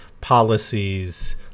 policies